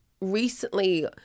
recently